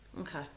okay